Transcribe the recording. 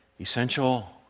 essential